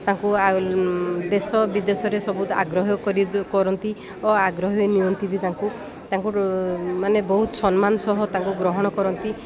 ତାଙ୍କୁ ଦେଶ ବିଦେଶରେ ସମସ୍ତେ ଆଗ୍ରହ କରନ୍ତି ଓ ଆଗ୍ରହ ନିଅନ୍ତି ବି ତାଙ୍କୁ ତାଙ୍କୁ ମାନେ ବହୁତ ସମ୍ମାନ ସହ ତାଙ୍କୁ ଗ୍ରହଣ କରନ୍ତି